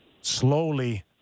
slowly